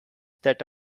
that